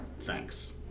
Thanks